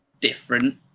different